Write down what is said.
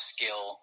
Skill